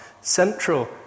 Central